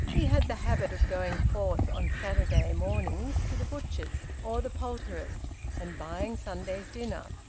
he had the habit of going forth on saturday mornings to the butcher's or the poulterer's and buying sunday's dinner.